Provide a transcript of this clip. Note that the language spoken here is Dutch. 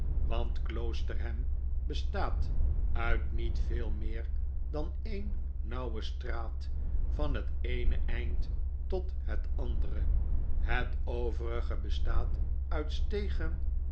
want kloosterham bestaat uit niet veei meer dan eene nauwe straat van het eene eind tot het andere het overige bestaat uit stegen